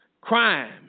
crime